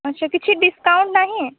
ଆଚ୍ଛା କିଛି ଡିସକାଉଣ୍ଟ ନାହିଁ